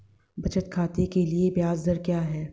बचत खाते के लिए ब्याज दर क्या है?